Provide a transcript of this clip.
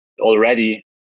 already